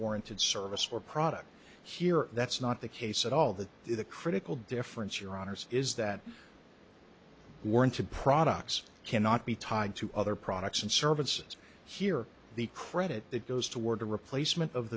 warranted service or product here that's not the case at all that is the critical difference your honour's is that warranted products cannot be tied to other products and services here the credit that goes toward the replacement of